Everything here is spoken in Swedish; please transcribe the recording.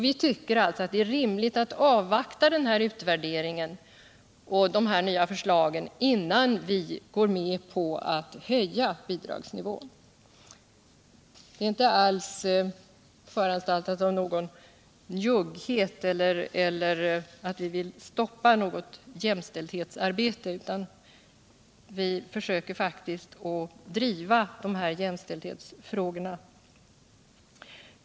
Vi tycker att det är rimligt att avvakta den utvärderingen och de nya förslagen innan vi går med på att höja bidragsnivån. Det är inte alls föranlett av någon njugghet eller av att vi vill stoppa något jämställdhetsarbete, utan vi försöker faktiskt driva de här jämställdhetsfrågorna.